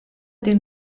den